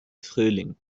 frühling